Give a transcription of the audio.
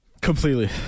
Completely